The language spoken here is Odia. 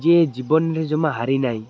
ଯିଏ ଜୀବନରେ ଜମା ହାରି ନାହିଁ